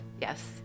Yes